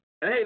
Hey